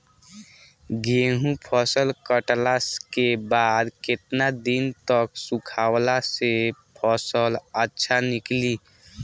गेंहू फसल कटला के बाद केतना दिन तक सुखावला से फसल अच्छा निकली?